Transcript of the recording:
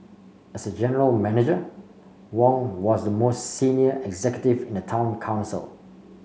as general Manager Wong was the most senior executive in the town council